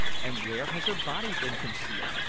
and where has her body been concealed?